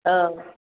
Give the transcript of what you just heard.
औ